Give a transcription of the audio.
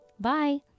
Bye